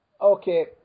Okay